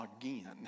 again